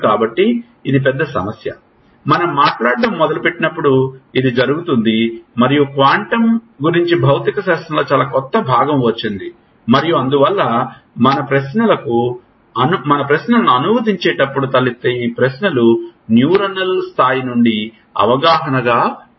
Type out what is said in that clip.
కాబట్టి ఇది పెద్ద సమస్య మనం మాట్లాడటం మొదలుపెట్టినప్పుడు ఇది జరుగుతుంది మరియు క్వాంటం గురించి భౌతిక శాస్త్రంలో చాలా కొత్త భాగం వచ్చింది మరియు అందువల్ల మన ప్రశ్నలను అనువదించేటప్పుడు తలెత్తే ఈ ప్రశ్నలు న్యూరానల్ స్థాయి నుండి అవగాహనగా ఉంటాయి